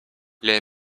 les